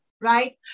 right